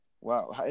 Wow